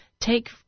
take